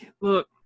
look